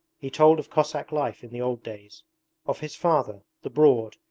he told of cossack life in the old days of his father, the broad,